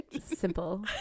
Simple